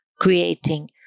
creating